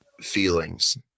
feelings